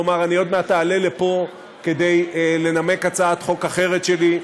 לומר אני עוד מעט אעלה לפה כדי לנמק הצעת חוק אחרת שלי,